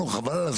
חבל על הזמן.